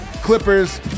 Clippers